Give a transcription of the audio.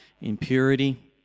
impurity